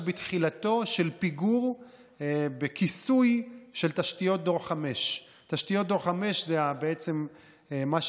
בתחילתו של פיגור בכיסוי של תשתיות דור 5. תשתיות דור 5 זה בעצם מה,